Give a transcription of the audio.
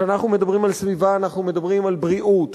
כשאנחנו מדברים על סביבה אנחנו מדברים על בריאות,